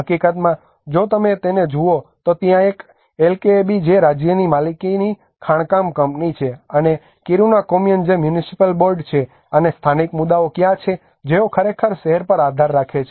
હકીકતમાં જો તમે તેને જુઓ તો ત્યાં એક એલકેએબી છે જે રાજ્યની માલિકીની ખાણકામ કંપની છે અને કિરુના કોમ્યુન જે મ્યુનિસિપલ બોર્ડ છે અને સ્થાનિક સમુદાયો ક્યાં છે જેઓ ખરેખર શહેર પર આધાર રાખે છે